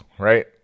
Right